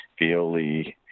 Violi